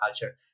culture